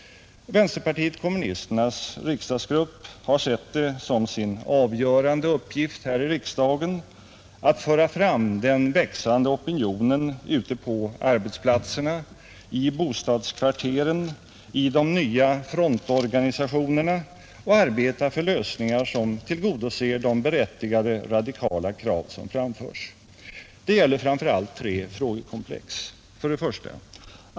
Vänsterpartiet kommunisternas riksdagsgrupp har sett det som sin avgörande uppgift här i riksdagen att föra fram den växande opinionen ute på arbetsplatserna, i bostadskvarteren, i de nya frontorganisationerna och arbeta för lösningar som tillgodoser de berättigade radikala krav som framförs, Det gäller framför allt tre frågekomplex: 1.